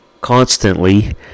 constantly